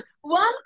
one